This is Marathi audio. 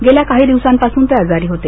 गेल्या काही दिवसांपासून ते आजारी होते